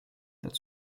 that